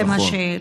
נכון.